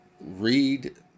Read